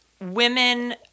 women